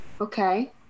Okay